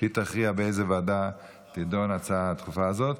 והיא תכריע איזו ועדה תדון בהצעה הדחופה הזאת.